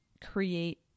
create